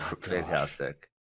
fantastic